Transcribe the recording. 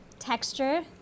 Texture